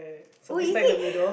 oh you played